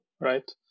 right